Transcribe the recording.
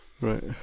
right